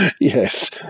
Yes